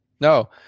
No